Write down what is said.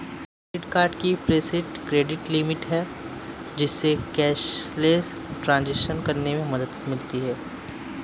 credit card की preset credit limit है, जिससे कैशलेस ट्रांज़ैक्शन करने में मदद मिलती है